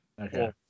Okay